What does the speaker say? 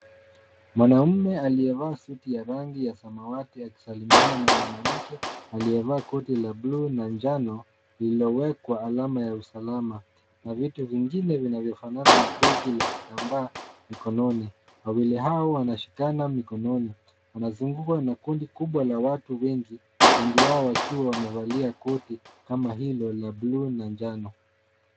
Mwanamme aliyevaa suti ya rangi ya samawati akisalimiana na mwanamke aliyevaa koti la bluu na njano, lililowekwa alama ya usalama na vitu vingine vinavyofanana na beki la kitambaa mikononi. Wawili hao wanashikana mikononi, wanazungukwa na kundi kubwa la watu wengi wao wakiwa wamevalia koti kama hilo la bluu na njano.